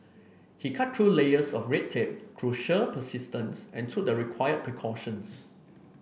he cut through layers of red tape sheer persistence and took the required precautions